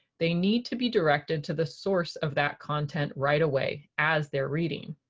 they need to be directed to the source of that content right away as they're reading.